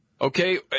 Okay